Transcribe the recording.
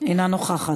אינה נוכחת,